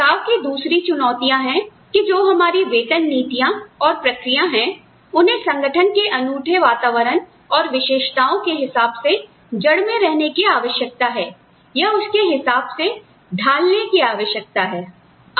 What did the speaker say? प्रस्ताव की दूसरी चुनौतियाँ है कि जो हमारी वेतन नीतियाँ और प्रक्रिया हैं उन्हें संगठन के अनूठे वातावरण और विशेषताओं के हिसाब से जड़ में रहने की आवश्यकता है या उसके हिसाब से ढालने की आवश्यकता है